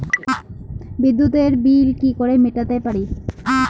বিদ্যুতের বিল কি মেটাতে পারি?